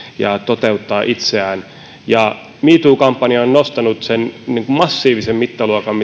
ja toteuttaa itseään me too kampanja on on nostanut seksuaalisen häirinnän massiivisen mittaluokan